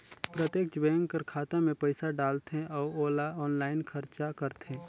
प्रत्यक्छ बेंक कर खाता में पइसा डालथे अउ ओला आनलाईन खरचा करथे